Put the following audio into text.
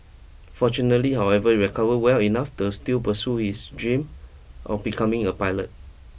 fortunately however he recovered well enough to still pursue his dream of becoming a pilot